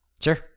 Sure